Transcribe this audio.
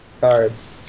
Cards